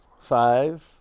Five